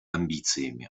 амбициями